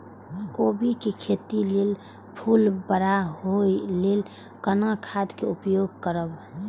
कोबी के खेती लेल फुल बड़ा होय ल कोन खाद के उपयोग करब?